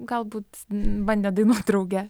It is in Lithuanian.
galbūt bandė dainuot drauge